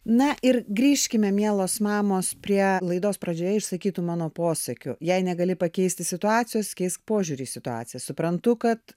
na ir grįžkime mielos mamos prie laidos pradžioje išsakytų mano posakių jei negali pakeisti situacijos keisk požiūrį į situaciją suprantu kad